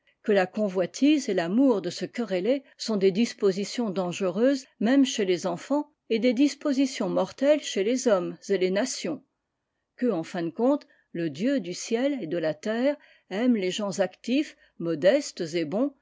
que la convoitise et l'amour de se quereller sont des dispositions dangereuses même chez les enfants et des dispositions mortelles chez les hommes et les nations que en fin de compte le dieu du ciel et de la terre aime les gens actifs modestes et bons